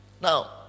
now